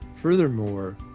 Furthermore